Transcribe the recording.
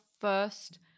first